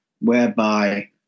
whereby